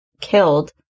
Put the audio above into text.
killed